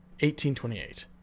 1828